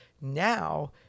Now